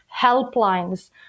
helplines